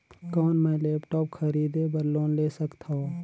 कौन मैं लेपटॉप खरीदे बर लोन ले सकथव?